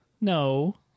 No